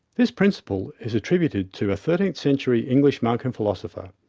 this principle is attributed to a thirteenth century english monk and philosopher.